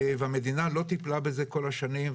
והמדינה לא טיפלה בזה כל השנים.